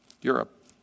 Europe